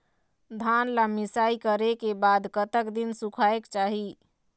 धान ला मिसाई करे के बाद कतक दिन सुखायेक चाही?